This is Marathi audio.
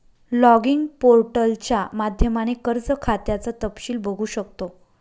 लॉगिन पोर्टलच्या माध्यमाने कर्ज खात्याचं तपशील बघू शकतो